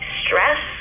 stress